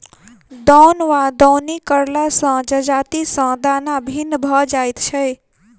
दौन वा दौनी करला सॅ जजाति सॅ दाना भिन्न भ जाइत छै